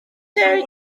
ddweud